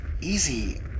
easy